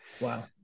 Wow